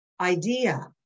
idea